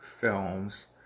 films